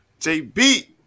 JB